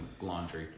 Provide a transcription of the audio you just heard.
laundry